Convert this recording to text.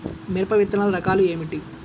మిరప విత్తనాల రకాలు ఏమిటి?